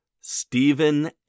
Stephen